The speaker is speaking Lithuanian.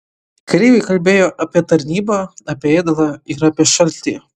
kareiviai kalbėjo apie tarnybą apie ėdalą ir apie šaltį